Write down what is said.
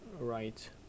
right